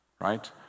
right